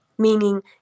Meaning